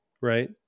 Right